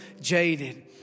jaded